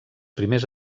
primers